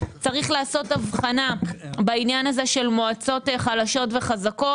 צריך לעשות הבחנה בין מועצות חלשות וחזקות